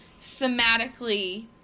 thematically